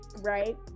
right